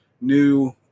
new